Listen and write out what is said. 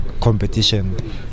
competition